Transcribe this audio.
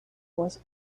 was